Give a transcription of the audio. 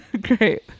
great